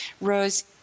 Rose